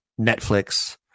Netflix